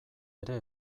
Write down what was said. ere